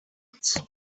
mines